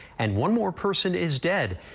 and one more person is dead.